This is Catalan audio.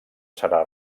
serà